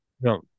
No